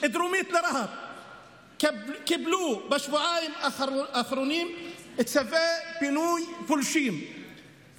דרומית לרהט קיבלו בשבועיים האחרונים צווי פינוי פולשים,